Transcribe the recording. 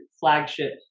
flagship